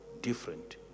different